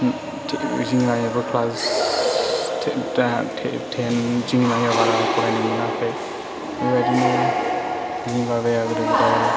जोंनि आइयाबो क्लास टेननि जोंनि मामिया बारा फरायनो मोनाखै बेबायदिनो जोंनि बाबाया गोदो गोदाय